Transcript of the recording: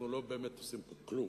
אנחנו לא באמת עושים פה כלום.